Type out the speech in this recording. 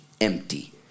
empty